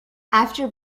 after